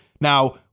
Now